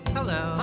Hello